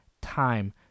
time